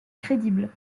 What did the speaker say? crédible